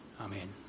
Amen